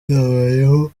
byabayeho